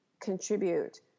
contribute